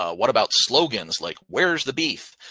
what about slogans? like where's the beef